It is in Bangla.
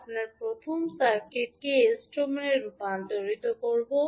আমরা প্রথমে সার্কিটকে এস ডোমেনে রূপান্তর করব